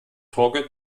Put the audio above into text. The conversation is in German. torge